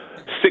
Six